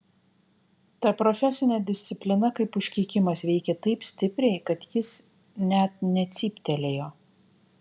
ta profesinė disciplina kaip užkeikimas veikė taip stipriai kad jis net necyptelėjo